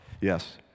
Yes